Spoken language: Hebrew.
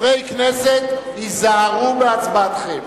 חברי כנסת, היזהרו בהצבעתכם,